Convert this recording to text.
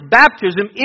baptism